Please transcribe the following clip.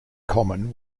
common